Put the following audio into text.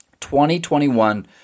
2021